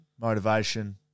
motivation